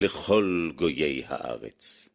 לכל גויי הארץ.